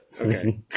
Okay